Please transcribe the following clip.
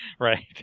Right